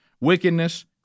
wickedness